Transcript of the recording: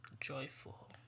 joyful